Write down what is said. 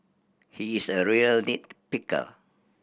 he is a real nit picker